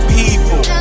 people